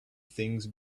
things